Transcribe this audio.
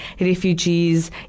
refugees